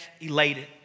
elated